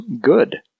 good